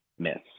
myths